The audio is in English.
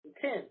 ten